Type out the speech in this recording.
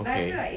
okay